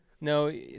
No